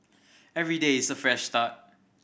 every day is a fresh start